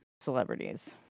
celebrities